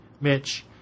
Mitch